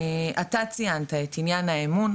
אתה ציינת את עניין האמון,